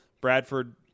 Bradford